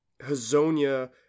Hazonia